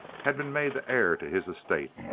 had been made the heir to his estate.